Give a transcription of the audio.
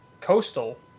coastal